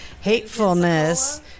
hatefulness